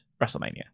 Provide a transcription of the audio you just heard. wrestlemania